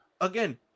Again